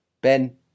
Ben